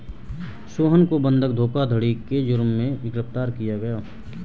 सोहन को बंधक धोखाधड़ी के जुर्म में गिरफ्तार किया गया